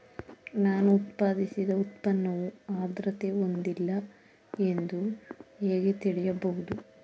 ನಾನು ಉತ್ಪಾದಿಸಿದ ಉತ್ಪನ್ನವು ಆದ್ರತೆ ಹೊಂದಿಲ್ಲ ಎಂದು ಹೇಗೆ ತಿಳಿಯಬಹುದು?